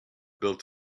built